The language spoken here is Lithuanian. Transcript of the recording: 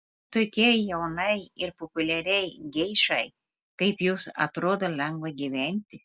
tokiai jaunai ir populiariai geišai kaip jūs atrodo lengva gyventi